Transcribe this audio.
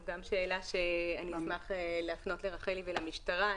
גם שאלה שאני אשמח להפנות לרחלי ולמשטרה.